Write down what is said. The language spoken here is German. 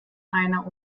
einer